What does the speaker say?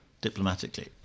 diplomatically